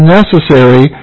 necessary